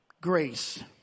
grace